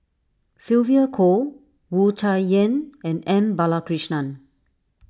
Sylvia Kho Wu Tsai Yen and M Balakrishnan